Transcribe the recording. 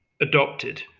adopted